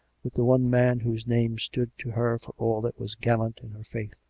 with the one man whose name stood to her for all that was gallant in her faith.